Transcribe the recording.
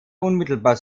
unmittelbar